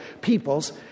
peoples